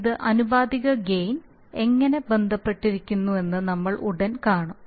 ഇത് ആനുപാതിക ഗെയിൻ എങ്ങനെ ബന്ധപ്പെട്ടിരിക്കുന്നുവെന്ന് നമ്മൾ ഉടൻ കാണും